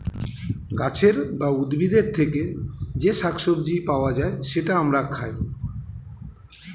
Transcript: গাছের বা উদ্ভিদের থেকে যে শাক সবজি পাওয়া যায়, সেটা আমরা খাই